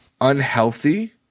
unhealthy